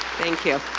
thank you,